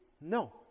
No